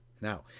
now